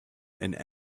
and